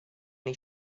any